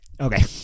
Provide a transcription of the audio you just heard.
okay